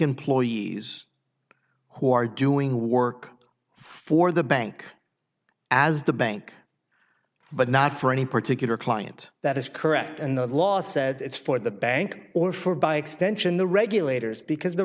employees who are doing who work for the bank as the bank but not for any particular client that is correct and the law says it's for the bank or for by extension the regulators because the